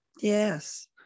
Yes